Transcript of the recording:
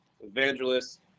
evangelists